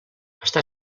està